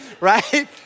right